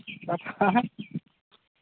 ᱯᱟᱯᱟᱭ